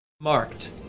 Marked